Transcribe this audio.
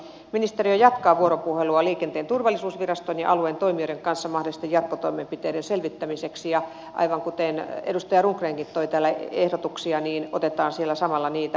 ministeriö jatkaa vuoropuhelua liikenteen turvallisuusviraston ja alueen toimijoiden kanssa mahdollisten jatkotoimenpiteiden selvittämiseksi ja aivan kuten edustaja rundgrenkin toi täällä ehdotuksia niin otetaan siellä samalla niitä